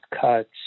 cuts